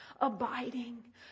abiding